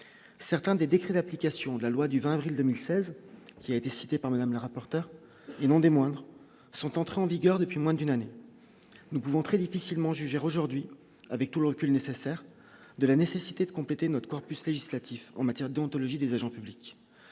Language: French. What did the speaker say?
certains des décrets d'application de la loi du 20 avril 2016, qui a été cité par madame la rapporteur et non des moindres, sont entrées en vigueur depuis moins d'une année, nous pouvons très difficilement juger aujourd'hui avec tout le recul nécessaire, de la nécessité de compléter notre corpus législatif en matière d'anthologie des agents publics,